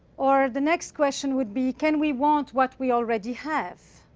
or, the next question would be, can we want what we already have?